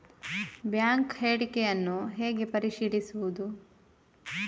Bank ಹೇಳಿಕೆಯನ್ನು ಹೇಗೆ ಪರಿಶೀಲಿಸುವುದು?